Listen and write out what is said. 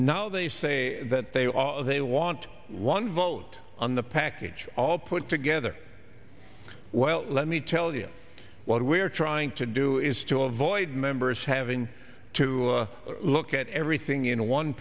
no they say that they all they want one vote on the package all put together well let me tell you what we're trying to do is to avoid members having to look at everything in one